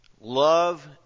Love